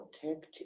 protect